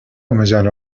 مجال